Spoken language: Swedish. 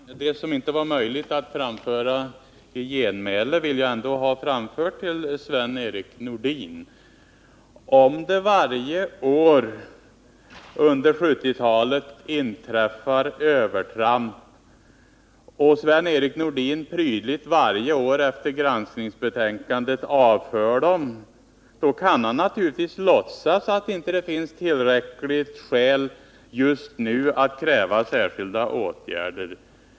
Herr talman! Det som inte var möjligt att framföra i ett genmäle vill jag ändå ha framfört till Sven-Erik Nordin. Om det varje år under 1970-talet inträffar övertramp och Sven-Erik Nordin prydligt varje år efter granskningsbetänkandet avför dem, kan han naturligtvis låtsas att det inte finns tillräckligt skäl just nu för att kräva särskilda åtgärder.